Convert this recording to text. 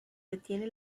detiene